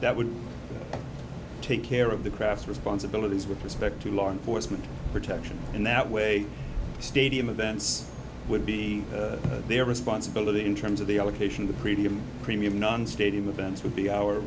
that would take care of the craft responsibilities with respect to law enforcement protection and that way stadium events would be their responsibility in terms of the allocation the pretium premium non stadium events would be our